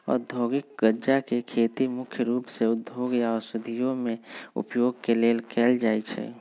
औद्योगिक गञ्जा के खेती मुख्य रूप से उद्योगों या औषधियों में उपयोग के लेल कएल जाइ छइ